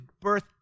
birth